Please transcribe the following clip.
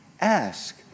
ask